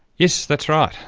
yes, that's right.